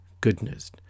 goodness